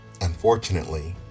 Unfortunately